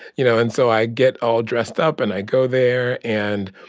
you know? and so i get all dressed up. and i go there. and,